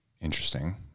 Interesting